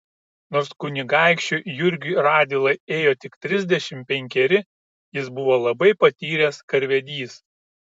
nors kunigaikščiui jurgiui radvilai ėjo tik trisdešimt penkeri jis buvo labai patyręs karvedys